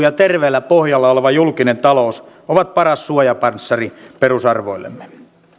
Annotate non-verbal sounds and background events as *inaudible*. *unintelligible* ja terveellä pohjalla oleva julkinen talous ovat paras suojapanssari perusarvoillemme